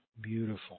Beautiful